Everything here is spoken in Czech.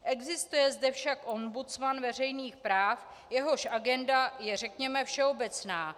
Existuje zde však ombudsman veřejných práv, jehož agenda je, řekněme, všeobecná.